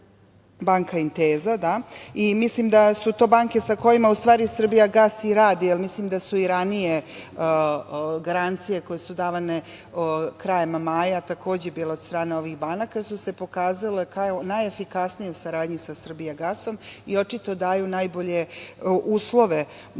pitanju „Inteza“ i mislim da su to banke sa kojima u stvari „Srbijagas“ i radi, jer mislim da su i ranije garancije koje su davane krajem maja takođe bile od strane ovih banaka, jer su se pokazale kao najefikasnije u saradnji sa „Srbijagasom“ i očito daju najbolje uslove da bi